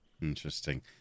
Interesting